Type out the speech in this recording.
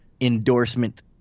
endorsement